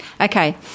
Okay